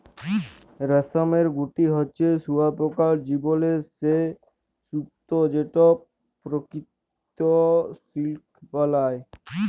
রেশমের গুটি হছে শুঁয়াপকার জীবলের সে স্তুপ যেট পরকিত সিলিক বেলায়